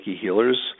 healers